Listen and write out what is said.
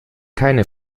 keine